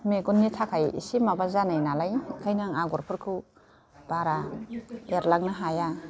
मेगननि थाखाय एसे माबा जानाय नालाय ओंखायनो आं आगरफोरखौ बारा एरलांनो हाया